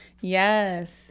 Yes